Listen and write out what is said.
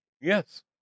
Yes